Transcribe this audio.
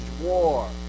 war